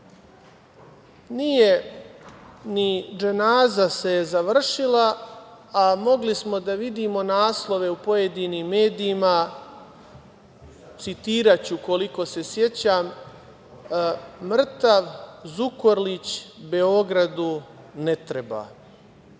ni dženaza se završila, a mogli smo da vidimo naslove u pojedinim medijima, citiraću koliko se sećam – mrtav Zukorlić Beogradu ne treba.